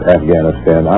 Afghanistan